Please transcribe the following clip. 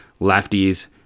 Lefties